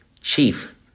chief